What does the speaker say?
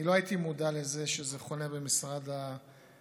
אני לא הייתי מודע לזה שזה חונה במשרד המשפטים,